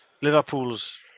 Liverpool's